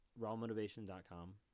rawmotivation.com